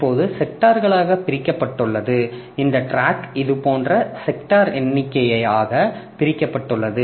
இப்போது செக்டார்களாக பிரிக்கப்பட்டுள்ளது இந்த டிராக் இது போன்ற செக்டார் எண்ணிக்கையாக பிரிக்கப்பட்டுள்ளது